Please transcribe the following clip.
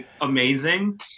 amazing